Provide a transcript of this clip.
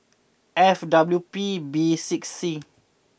F W P B six C